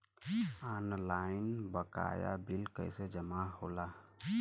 Online बकाया bill कैसे जमा होला?